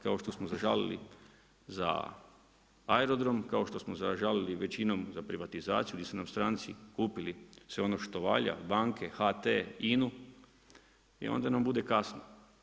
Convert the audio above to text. Kao što smo zažalili za aerodrom, kao što smo zažalili većinom za privatizaciju gdje su nam stranci kupili sve ono što valja, banke, HT, INA-u, i onda nam bude kasno.